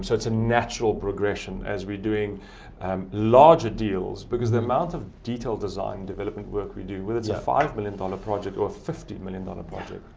so it's a natural progression as we're doing um larger deals because the amount of detailed design development work we do, whether it's a five m and and um project or a fifty m and and and project.